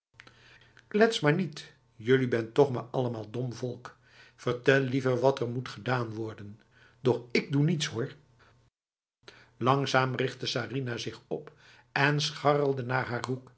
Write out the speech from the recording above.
klets maar niet jullie bent toch maar allemaal dom volk vertel liever wat er moet gedaan worden doch ik doe niets hoor langzaam richtte sarinah zich op en scharrelde naar haar hoek